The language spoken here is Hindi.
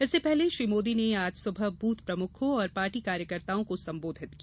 इससे पहले श्री मोदी ने आज सुबह बूथ प्रमुखों और पार्टी कार्यकर्ताओं को सम्बोधित किया